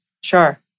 Sure